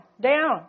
down